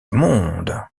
monde